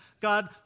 God